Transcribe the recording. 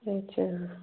अच्छा